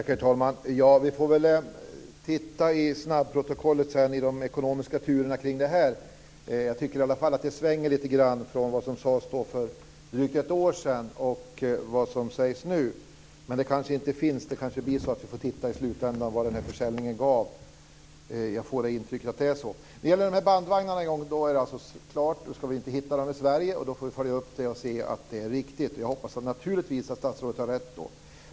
Herr talman! Vi får väl läsa i snabbprotokollet senare om de ekonomiska turerna kring detta. Jag tycker i alla fall att det har svängt lite grann från det som sades för drygt ett år sedan och till det som sägs nu. Men vi får se i slutändan vad försäljningen gav. När det gäller bandvagnarna är det tydligen klart. Vi ska inte kunna hitta dem i Sverige, och då får vi följa upp det hela och se om det stämmer. Jag hoppas att naturligtvis att statsrådet har rätt.